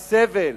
הסבל.